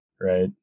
right